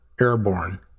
airborne